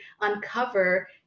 uncover